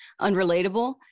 unrelatable